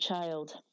child